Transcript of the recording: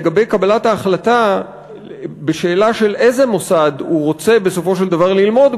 לגבי קבלת ההחלטה בשאלה באיזה מוסד הוא רוצה בסופו של דבר ללמוד,